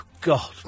God